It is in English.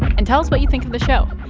and tell us what you think of the show.